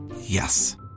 Yes